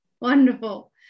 wonderful